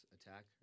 Attack